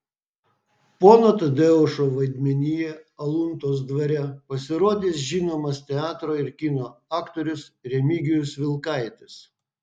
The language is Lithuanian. pono tadeušo vaidmenyje aluntos dvare pasirodys žinomas teatro ir kino aktorius remigijus vilkaitis